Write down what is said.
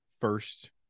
first